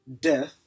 death